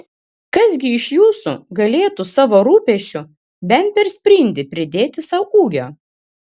kas gi iš jūsų galėtų savo rūpesčiu bent per sprindį pridėti sau ūgio